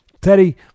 Teddy